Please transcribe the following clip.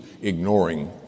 ignoring